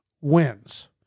wins